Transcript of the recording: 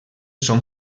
són